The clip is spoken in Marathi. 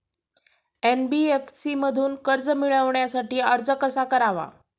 एन.बी.एफ.सी मधून कर्ज मिळवण्यासाठी अर्ज कसा करावा?